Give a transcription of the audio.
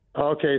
Okay